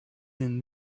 than